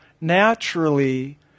naturally